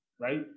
right